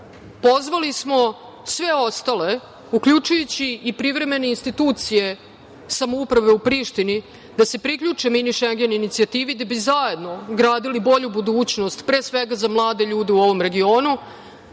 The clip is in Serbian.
smo sve ostale, uključujući i privremene institucije samouprave u Prištini da se priključe Mini Šengen inicijativi da bi zajedno gradili bolju budućnost za mlade ljude u ovom